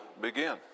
begin